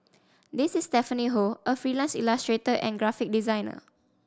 this is Stephanie Ho a freelance illustrator and graphic designer